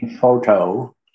Photo